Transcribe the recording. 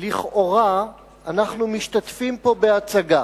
שלכאורה אנחנו משתתפים פה בהצגה.